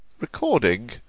Recording